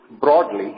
broadly